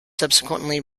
subsequently